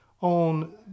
on